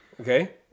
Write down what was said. Okay